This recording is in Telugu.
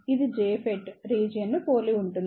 ఇది JFET రీజియన్ ని పోలి ఉంటుంది